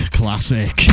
classic